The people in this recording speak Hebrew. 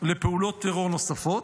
לפעולות טרור נוספות.